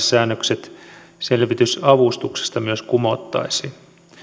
säännökset selvitysavustuksesta kumottaisiin